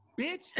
bitch